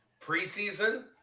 preseason